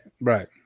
right